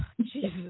Jesus